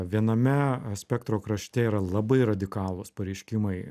viename spektro krašte yra labai radikalūs pareiškimai